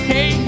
Hey